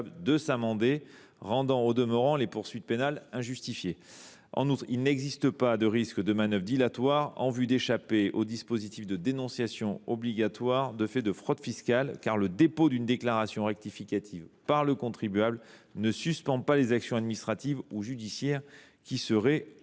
de s’amender, rendant au demeurant les poursuites pénales injustifiées. En outre, il n’existe pas de risque de manœuvre dilatoire en vue d’échapper au dispositif de dénonciation obligatoire de fait de fraude fiscale, car le dépôt d’une déclaration rectificative par le contribuable ne suspend pas les actions administratives ou judiciaires qui seraient